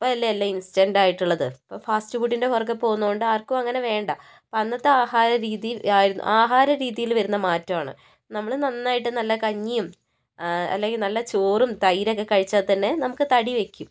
ഇപ്പം അല്ലേ എല്ലാം ഇൻസ്റ്റന്റ് ആയിട്ടുള്ളത് ഇപ്പോൾ ഫാസ്റ്റ് ഫുഡിൻ്റെ പുറകെ പോകുന്നതുകൊണ്ട് ആർക്കും അങ്ങനെ വേണ്ട അപ്പോൾ അന്നത്തെ ആഹാര രീതിയിൽ ആയി ആഹാര രീതിയിൽ വരുന്ന മാറ്റമാണ് നമ്മൾ നന്നായിട്ട് നല്ല കഞ്ഞിയും അല്ലെങ്കിൽ നല്ല ചോറും തൈരൊക്കെ കഴിച്ചാൽ തന്നെ നമുക്ക് തടി വയ്ക്കും